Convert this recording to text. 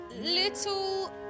little